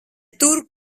tur